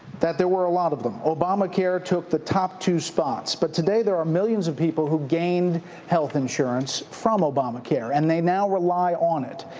that there were a lot of them. obamacare took the top two spots. but today there are millions of people who gained health insurance from obamacare and they now rely on it.